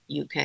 UK